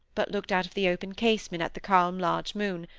but looked out of the open casement at the calm large moon,